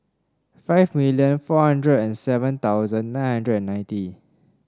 five million four hundred and seven thousand nine hundred and ninety